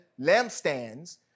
lampstands